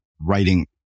writing